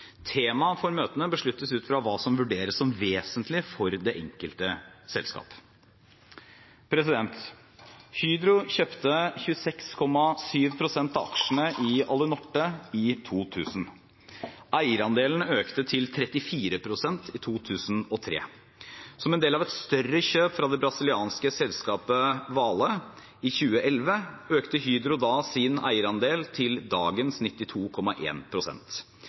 for møtene besluttes ut fra hva som vurderes som vesentlig for det enkelte selskap. Hydro kjøpte 26,7 pst. av aksjene i Alunorte i 2000. Eierandelen økte til 34 pst. i 2003. Som en del av et større kjøp fra det brasilianske selskapet Vale i 2011, økte Hydro da sin eierandel til dagens